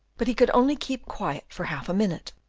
but he could only keep quiet for half a minute,